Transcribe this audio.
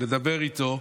לדבר איתו,